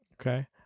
Okay